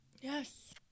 Yes